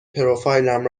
پروفایلم